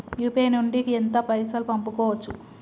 UPI నుండి ఎంత పైసల్ పంపుకోవచ్చు?